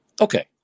Okay